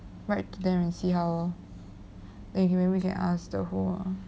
write to them and see how lor eh maybe can ask the who ah